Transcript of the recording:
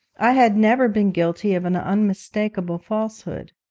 i had never been guilty of an unmistakable falsehood.